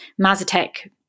Mazatec